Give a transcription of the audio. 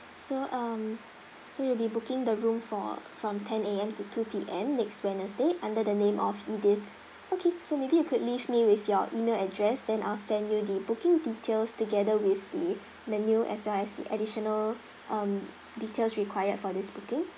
so um so you'll be booking the room for from ten A_M to two P_M next wednesday under the name of edith okay so maybe you could leave me with your email address then I'll send you the booking details together with the menu as well as the additional um details required for this booking